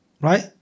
right